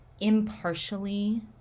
impartially